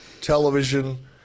television